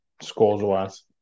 Scores-wise